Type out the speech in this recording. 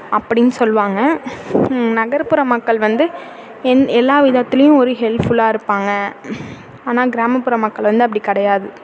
அப்படின்னு சொல்வாங்க நகர்ப்புற மக்கள் வந்து எல்லா விதத்துலேயும் ஒரு ஹெல்ப்ஃபுல்லாக இருப்பாங்க ஆனால் கிராமப்புற மக்கள் வந்து அப்படி கிடையாது